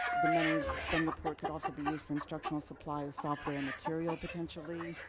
the money from the port could also be used for instructional supplies, software, and material, potentially,